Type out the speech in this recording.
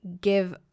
give